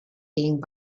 being